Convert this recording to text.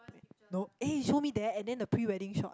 no eh show me that and then the pre wedding shot